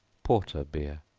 porter beer.